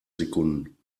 sekunden